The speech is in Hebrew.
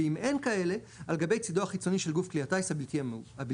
ואם אין כאלה - על גבי צידו החיצוני של גוף כלי הטיס הבלתי מאויש,